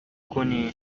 کنی